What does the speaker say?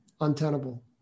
untenable